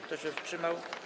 Kto się wstrzymał?